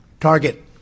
Target